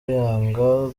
yanga